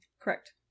Correct